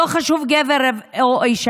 לא חשוב אם זה גבר או אישה,